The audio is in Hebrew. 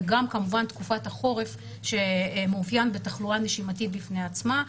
וגם כמובן תקופת החורף שמאופיין בתחלואה נשימתית בפני עצמה.